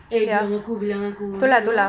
eh bilang aku bilang aku you know